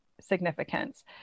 significance